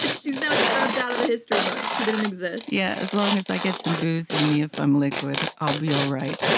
she's now scrubbed out of the history books. she didn't exist. yeah. as long as i get some booze in me if i'm liquid, i'll be all right.